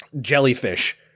jellyfish